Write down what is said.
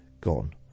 gone